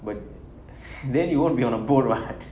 but then you won't be on a boat what